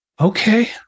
Okay